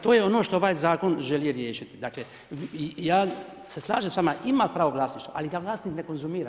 To je ono što ovaj zakon želi riješiti, dakle ja se slažem s vama, ima pravo vlasništva, ali ga vlasnik ne konzumira.